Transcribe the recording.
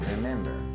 Remember